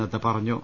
നദ്ധ പറഞ്ഞു